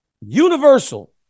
universal